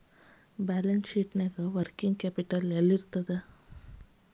Balance ಶೇಟ್ನ್ಯಾಗ working capital ಯೆಲ್ಲಿರ್ತದ?